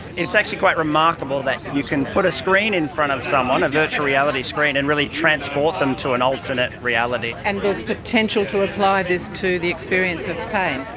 it's actually quite remarkable that you can put a screen in front of someone, a virtual reality screen, and really transport them to an alternate reality. and there's potential to apply this to the experience of pain.